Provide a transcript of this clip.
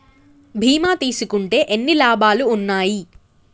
బీమా తీసుకుంటే ఎన్ని లాభాలు ఉన్నాయి?